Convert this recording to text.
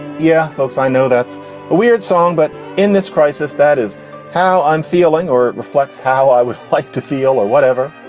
yeah. folks, i know that's a weird song, but in this crisis, that is how i'm feeling or reflects how i would like to feel or whatever.